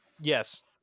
yes